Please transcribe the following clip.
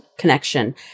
connection